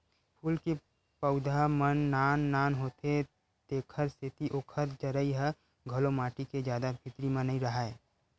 फूल के पउधा मन नान नान होथे तेखर सेती ओखर जरई ह घलो माटी के जादा भीतरी म नइ राहय